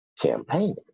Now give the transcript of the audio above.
campaigning